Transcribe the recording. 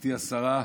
גברתי השרה,